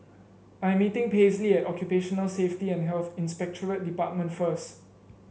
I am meeting Paisley at Occupational Safety and Health Inspectorate Department first